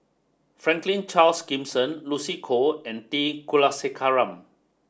Franklin Charles Gimson Lucy Koh and T Kulasekaram